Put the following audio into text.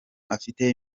afite